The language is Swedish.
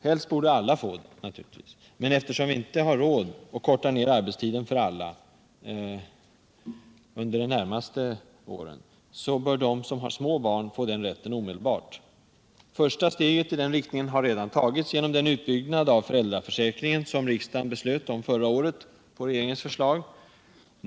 Helst borde naturligtvis alla få den rätten, men eftersom vi under de närmaste åren inte har råd att korta av arbetstiden för alla, bör de som har små barn få den rätten omedelbart. Det första steget i den riktningen har redan tagits genom den utbyggnad av föräldraförsäkringen som riksdagen på regeringens förslag beslöt om förra året.